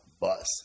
bus